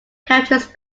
characters